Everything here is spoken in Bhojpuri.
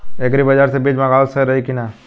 एग्री बाज़ार से बीज मंगावल सही रही की ना?